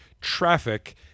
traffic